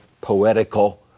poetical